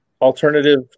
alternative